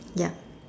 yup